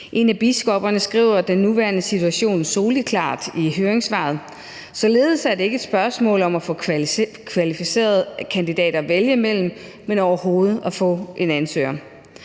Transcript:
En af biskopperne beskriver den nuværende situation soleklart i høringssvaret: »Således er det ikke et spørgsmål om at få kvalificerede kandidater at vælge imellem, men overhovedet at få én ansøger«.